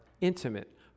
intimate